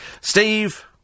Steve